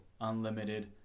unlimited